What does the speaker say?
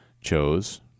chose